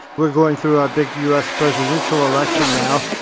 we are going through our big us presidential election now,